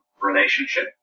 relationship